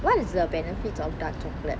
what is the benefits of dark chocolate